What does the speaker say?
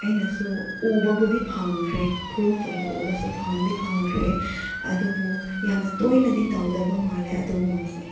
ꯑꯩꯅꯁꯨ ꯎꯕꯕꯨꯗꯤ ꯐꯪꯈ꯭ꯔꯦ ꯄ꯭ꯔꯨꯞ ꯑꯣꯏꯅ ꯎꯕꯁꯨ ꯐꯪꯗꯤ ꯐꯪꯈ꯭ꯔꯦ ꯑꯗꯨꯕꯨ ꯌꯥꯝꯅ ꯇꯣꯏꯅꯗꯤ ꯇꯧꯗꯕ ꯃꯥꯜꯂꯦ ꯑꯗꯨꯒꯨꯝꯕꯁꯦ